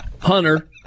Hunter